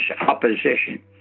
opposition